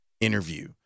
interview